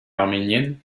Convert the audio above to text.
arménienne